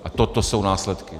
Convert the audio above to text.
A toto jsou následky!